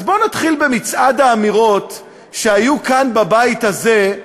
אז בואו נתחיל במצעד האמירות שהיו כאן, בבית הזה,